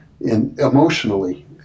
emotionally